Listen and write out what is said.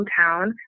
hometown